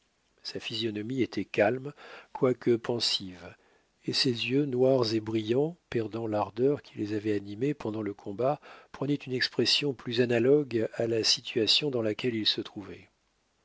sa physionomie était calme quoique pensive et ses yeux noirs et brillants perdant l'ardeur qui les avait animés pendant le combat prenaient une expression plus analogue à la situation dans laquelle il se trouvait